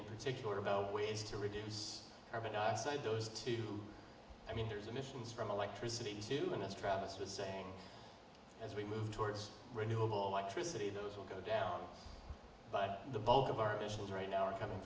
in particular about ways to reduce carbon dioxide those two i mean there's emissions from electricity to the us travis was saying as we move towards renewable electricity those will go down but the bulk of our emissions right now are coming